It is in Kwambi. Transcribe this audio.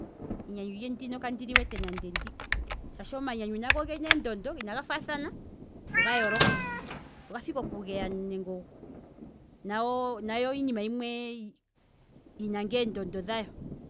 Enyanyu lye ndino kandi liwete nande ndi, shaashi omanyanyu nago ogena eendondo inaga faathana oga yooloka, ogafa ike okugeya nako, nayo iinima yimwe yina ngaa eendondo dhayo.